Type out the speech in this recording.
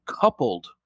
coupled